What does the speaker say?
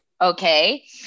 Okay